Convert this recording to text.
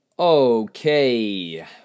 Okay